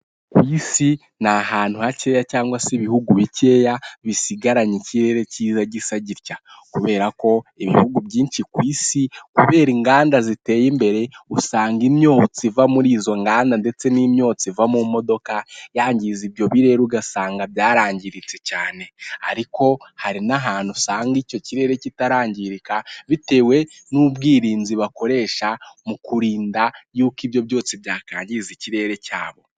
Ku isi ni ahantu hakeya cyangwa se ibihugu bikeya bisigaranye ikirere cyiza gisa gitya kubera ko ibihugu byinshi ku isi kubera inganda ziteye imbere usanga imyototsi ziva muri izo nganda ndetse n'imyotsi iva mu modoka yangiza ibyo birere ugasanga byarangiritse cyane, ariko hari n'ahantu usanga icyo kirere kitarangirika bitewe n'ubwirinzi bakoresha mu kurinda yuko ibyo byosetsi byakangiza ikirere cyabo.